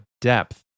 depth